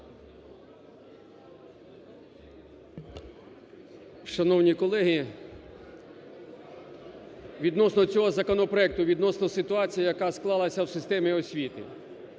Шановні колеги, відносно цього законопроекту, відносно ситуації, яка склалася в системі освіти.